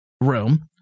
room